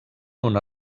una